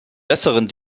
besseren